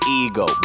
ego